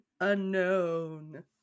unknown